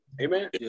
Amen